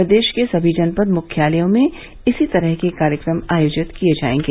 प्रदेश के सभी जनपद मुख्यालयों में इसी तरह के कार्यक्रम आयोजित किए जायेंगे